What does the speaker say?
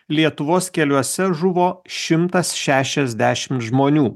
lietuvos keliuose žuvo šimtas šešiasdešimt žmonių